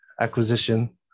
acquisition